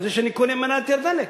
על זה שאני קונה ממנה ליטר דלק,